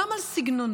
גם על סגנונו,